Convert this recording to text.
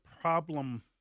problem